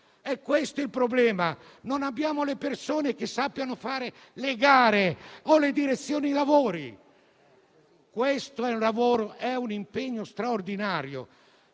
è questo il problema; non abbiamo persone che sappiano fare le gare o la direzione dei lavori. Si tratta di un impegno straordinario.